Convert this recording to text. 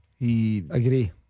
Agree